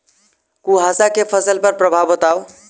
कुहासा केँ फसल पर प्रभाव बताउ?